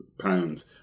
pounds